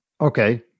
Okay